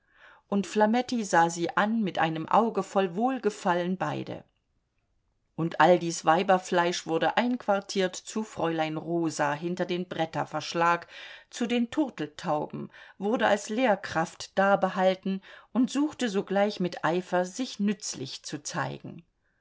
und flametti sah sie an mit einem auge voll wohlgefallen beide und all dies weiberfleisch wurde einquartiert zu fräulein rosa hinter den bretterverschlag zu den turteltauben wurde als lehrkraft dabehalten und suchte sogleich mit eifer sich nützlich zu zeigen